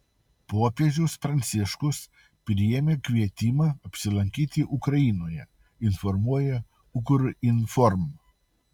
popiežius pranciškus priėmė kvietimą apsilankyti ukrainoje informuoja ukrinform